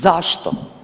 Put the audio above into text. Zašto?